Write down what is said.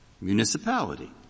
municipality